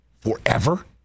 Forever